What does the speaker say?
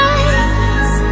eyes